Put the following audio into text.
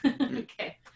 Okay